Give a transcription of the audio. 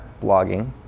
blogging